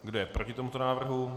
Kdo je proti tomuto návrhu?